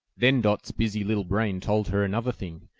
then dot's busy little brain told her another thing,